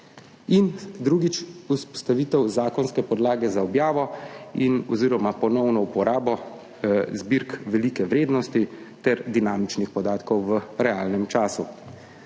in drugič, vzpostavitev zakonske podlage za objavo oziroma ponovno uporabo zbirk velike vrednosti ter dinamičnih podatkov v realnem času.